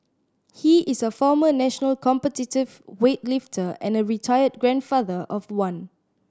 he is a former national competitive weightlifter and a retired grandfather of one